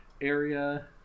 area